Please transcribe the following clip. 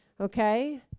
Okay